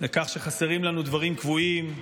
לכך שחסרים לנו דברים קבועים.